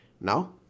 Now